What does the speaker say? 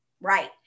Right